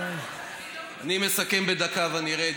אני מסכם בדקה ואני יורד.